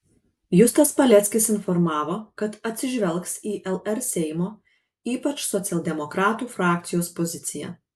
justas paleckis informavo kad atsižvelgs į lr seimo ypač socialdemokratų frakcijos poziciją